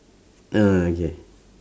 ah okay